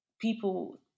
people